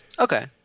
Okay